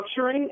structuring